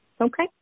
Okay